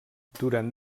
durant